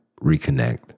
reconnect